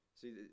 See